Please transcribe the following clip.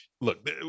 Look